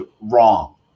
wrong